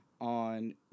on